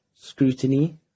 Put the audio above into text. scrutiny